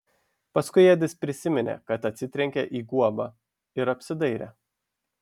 paskui edis prisiminė kad atsitrenkė į guobą ir apsidairė